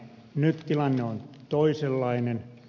nyt tilanne on toisenlainen